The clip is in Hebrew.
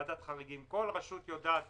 כל רשות יודעת